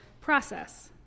process